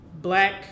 black